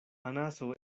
anaso